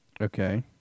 Okay